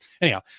anyhow